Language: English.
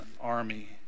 army